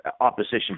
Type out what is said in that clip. opposition